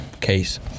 case